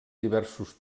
diversos